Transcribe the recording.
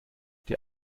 der